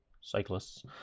cyclists